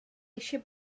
eisiau